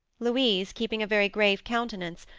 louise, keeping a very grave countenance,